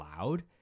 loud